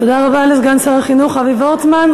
תודה רבה לסגן שר החינוך אבי וורצמן.